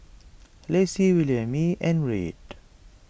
Lacey Williemae and Red